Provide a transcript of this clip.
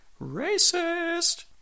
Racist